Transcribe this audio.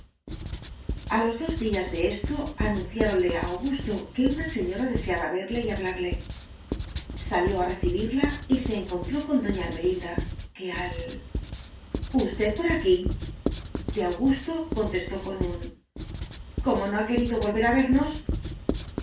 los dos días de esto anunciáronle a augusto que una señora deseaba verle y hablarle salió a recibirla y se encontró con doña ermelinda que al usted por aquí de augusto contestó con un como no ha querido volver a vernos